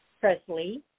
Presley